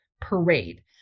parade